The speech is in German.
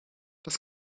das